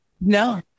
no